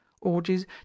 orgies